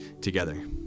together